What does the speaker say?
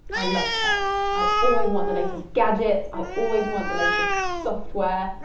i love tech. i always want the latest gadgets. i always want the latest software.